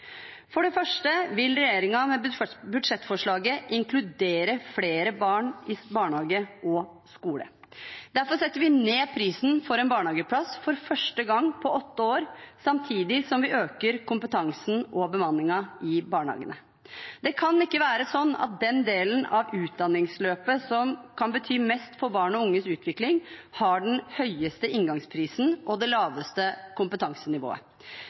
For det første vil regjeringen med budsjettforslaget inkludere flere barn i barnehage og skole. Derfor setter vi ned prisen for en barnehageplass for første gang på åtte år, samtidig som vi øker kompetansen og bemanningen i barnehagene. Det kan ikke være sånn at den delen av utdanningsløpet som kan bety mest for barn og unges utvikling, har den høyeste inngangsprisen og det laveste kompetansenivået.